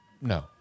no